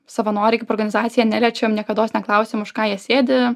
savanoriai kaip organizacija neliečiam niekados neklausiam už ką jie sėdi